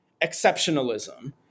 exceptionalism